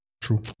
true